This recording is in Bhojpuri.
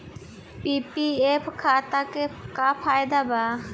पी.पी.एफ खाता के का फायदा बा?